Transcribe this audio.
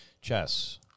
chess